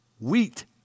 wheat